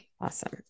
awesome